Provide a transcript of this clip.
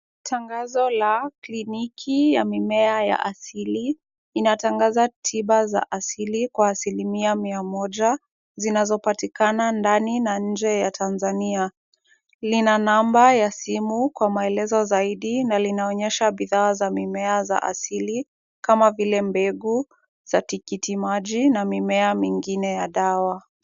Tangazo la kliniki ya mimea ya asili. Inatangaza tiba za asili kwa asilimia mia moja, zinazopatikana ndani na nje ya Tanzania. Lina number ya simu kwa maelezo zaidi, na linaonyesha bidhaa za mimea za asili, kama vile mbegu za tikiti maji na mimea mingine ya dawa.